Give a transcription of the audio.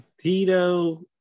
Tito